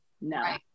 no